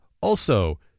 Also-